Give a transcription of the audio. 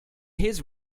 his